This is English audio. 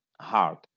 hard